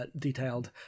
detailed